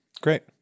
Great